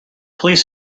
police